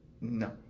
No